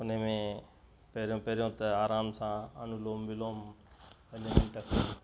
उन में पहिरियों पहिरियों त आराम सां अनुलोम विलोम पंज मिंट करे